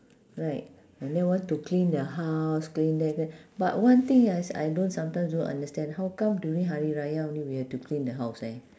right and then want to clean the house clean there but one thing yes I don't sometimes don't understand how come during hari raya only we have to clean the house eh